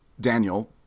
Daniel